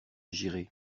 j’irai